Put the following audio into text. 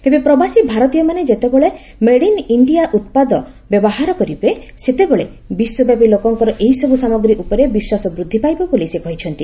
ତେବେ ପ୍ରବାସୀ ଭାରତୀୟମାନେ ଯେତେବେଳେ ମେଡ୍ ଇନ୍ ଇଣ୍ଡିଆ ଉତ୍ପାଦ ବ୍ୟବହାର କରିବେ ସେତେବେଳେ ବିଶ୍ୱବ୍ୟାପୀ ଲୋକଙ୍କର ଏହିସବୁ ସାମଗ୍ରୀ ଉପରେ ବିଶ୍ୱାସ ବୃଦ୍ଧି ପାଇବ ବୋଲି ସେ କହିଛନ୍ତି